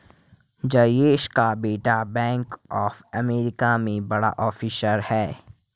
जयेश का बेटा bank of America में बड़ा ऑफिसर है